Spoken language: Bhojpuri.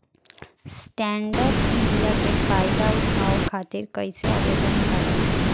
स्टैंडअप इंडिया के फाइदा उठाओ खातिर कईसे आवेदन करेम?